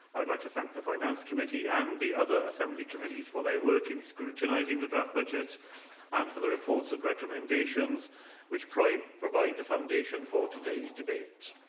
i'd like to thank the finance committee and the other assembly committees for their work in scrutinising the draft budget and for the reports and recommendations that provide provide the foundation for today's debate.